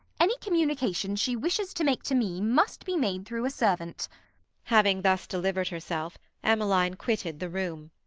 any communication she wishes to make to me must be made through a servant having thus delivered herself emmeline quitted the room.